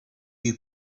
you